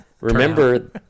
remember